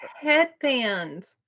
headband